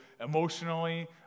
emotionally